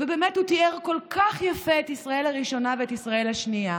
ובאמת הוא תיאר כל כך יפה את ישראל הראשונה ואת ישראל השנייה,